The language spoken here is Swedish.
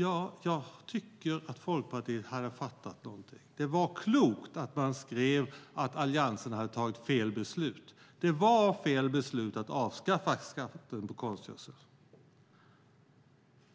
Ja, jag tyckte att Folkpartiet hade förstått någonting. Det var klokt att man skrev att Alliansen hade fattat fel beslut. Det var fel beslut att avskaffa skatten på konstgödsel. Men